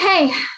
Okay